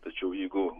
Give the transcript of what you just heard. tačiau jeigu